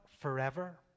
forever